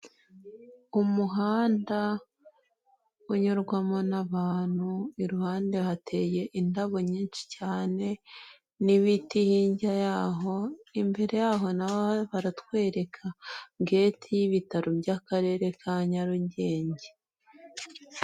Umuhanda unyurwamo n'abantu, iruhande hateye indabo nyinshi cyane n'ibiti hirya yaho, imbere yaho naho baratwereka geti y'ibitaro by'Akarere ka Nyarugenge.